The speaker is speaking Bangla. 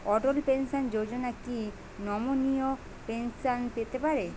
অটল পেনশন যোজনা কি নমনীয় পেনশন পেতে পারে?